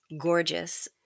Gorgeous